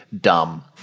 dumb